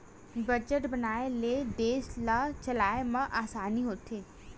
budget बनाए ले देस ल चलाए म असानी होथे